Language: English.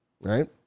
Right